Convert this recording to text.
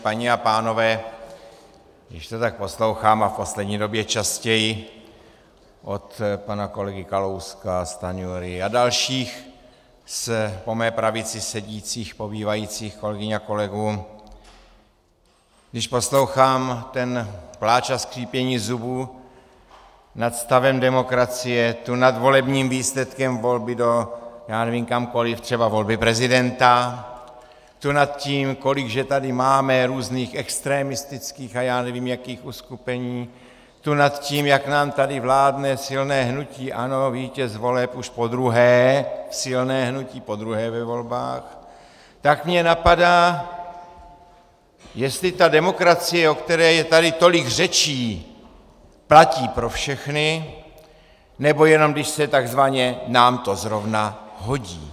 Paní a pánové, když to tak poslouchám, a v poslední době častěji, od pana kolegy Kalouska, Stanjury a dalších po mé pravici sedících, pobývajících kolegyň a kolegů, když poslouchám ten pláč a skřípění zubů nad stavem demokracie, tu nad volebním výsledkem volby do, já nevím, kamkoli, třeba volby prezidenta, tu nad tím, kolik že tady máme různých extremistických a já nevím jakých uskupení, tu nad tím, jak nám tady vládne silné hnutí ANO, vítěz voleb, už podruhé, silné hnutí podruhé ve volbách, tak mě napadá, jestli ta demokracie, o které je tady tolik řečí, platí pro všechny, nebo jenom když se tzv. nám to zrovna hodí.